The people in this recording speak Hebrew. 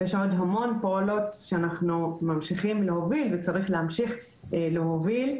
יש עוד המון פעולות שאנחנו ממשיכים להוביל וצריך להמשיך להוביל.